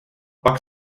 pak